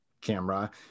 camera